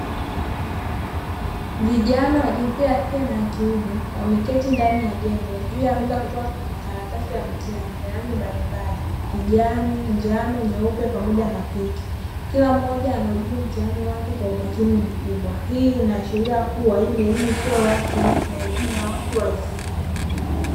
Vijana wa jinsia ya kike na ya kiume wameketi ndani ya jengo; juu ya meza kukiwa na makaratasi ya mitihani yenye rangi mbalimbali kijani, njano, nyeupe pamoja na pinki. Kila mmoja anaujibu mtihani wake kwa umakini mkubwa. Hii inaashiria kuwa hii ni elimu isiyo rasmi na elimu ya watu wazima.